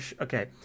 Okay